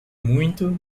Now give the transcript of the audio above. muito